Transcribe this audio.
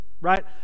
right